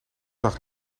zag